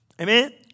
Amen